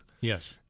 Yes